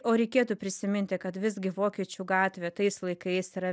o reikėtų prisiminti kad visgi vokiečių gatvė tais laikais yra